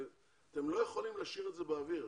אתם לא יכולים להשאיר את זה באוויר.